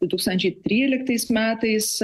du tūkstančiai tryliktais metais